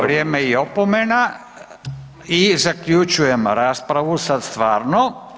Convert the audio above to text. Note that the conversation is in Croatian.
Vrijeme i opomena i zaključujem raspravu sad stvarno.